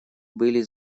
были